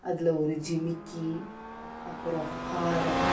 அதில் ஒரு ஜிமிக்கி அப்புறம் ஹாரம்